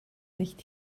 nicht